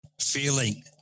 feeling